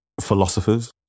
philosophers